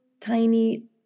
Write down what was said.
tiny